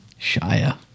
Shia